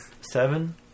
Seven